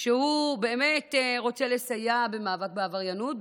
הוא באמת רוצה לסייע במאבק בעבריינות,